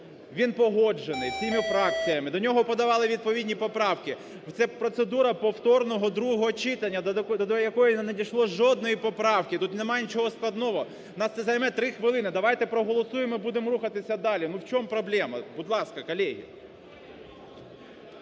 Він погоджений і з всіма фракціями, до нього подавали відповідні поправки. Це процедура повторного другого читання, до якої не надійшло жодної поправки, тут нема нічого складного, в нас це займе три хвилини, давайте проголосуємо і будемо рухатися далі. Ну, в чому проблема? Будь ласка, колеги.